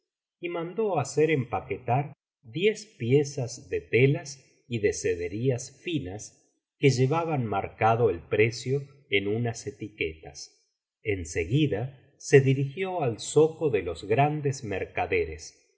y mandó hacer empaquetar diez piezas de telas y de sederías finas que llevaban marcado el precio en unas etiquetas en seguida se dirigió al zoco de los grandes mercaderes